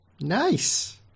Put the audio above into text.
Nice